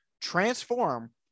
transform